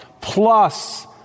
plus